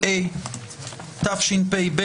התשפ"ב